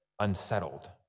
unsettled